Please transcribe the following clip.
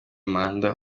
manda